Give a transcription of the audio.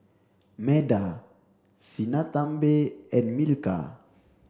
Medha Sinnathamby and Milkha